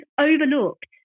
overlooked